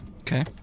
Okay